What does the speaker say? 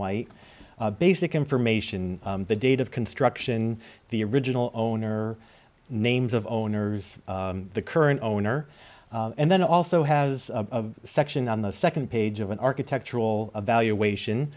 white basic information the date of construction the original owner names of owners the current owner and then also has a section on the second page of an architectural evaluation